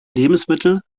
lebensmittel